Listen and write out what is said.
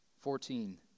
Fourteen